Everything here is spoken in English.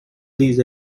these